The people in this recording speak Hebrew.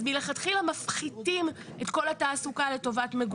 אז מלכתחילה מפחיתים את כל התעסוקה לטובת מגורים.